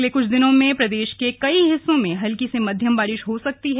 अगले कुछ दिनों में प्रदेश के कई हिस्सों में हल्की से मध्यम बारिश हो सकती है